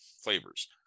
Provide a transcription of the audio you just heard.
flavors